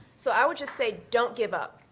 so i would just say don't give up.